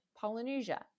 Polynesia